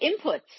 inputs